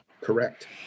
Correct